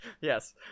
Yes